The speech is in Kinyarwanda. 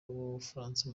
w’ubufaransa